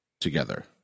together